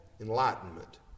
enlightenment